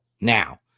now